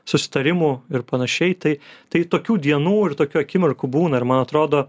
susitarimų ir panašiai tai tai tokių dienų ir tokių akimirkų būna ir man atrodo